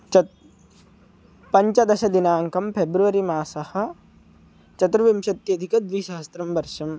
चत् पञ्चदशदिनाङ्कः फेब्रवरि मासः चतुर्विंशत्यधिकद्विसहस्रं वर्षम्